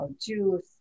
juice